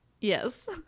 Yes